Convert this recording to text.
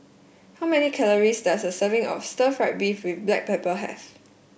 how many calories does a serving of stir fry beef with Black Pepper have